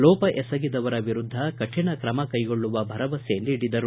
ಲೋಪ ಎಸಗಿದವರ ವಿರುದ್ಧ ಕೌಣ ಕ್ರಮ ಕೈಗೊಳ್ಳುವ ಭರವಸೆ ನೀಡಿದರು